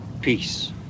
Peace